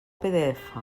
pdf